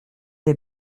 des